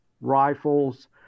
rifles